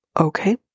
okay